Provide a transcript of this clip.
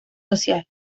social